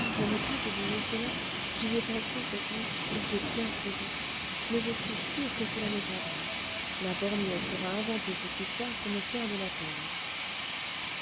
oh je n'ai pas oublié cela j'y ai pensé cette nuit et j'ai bien pleuré mais je suis sûre que cela n'est pas vrai la borgnesse aura inventé cette histoire pour me faire de la peine